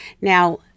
Now